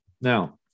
Now